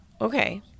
Okay